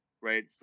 right